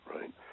right